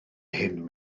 hyn